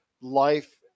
life